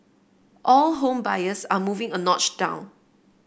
all home buyers are moving a notch down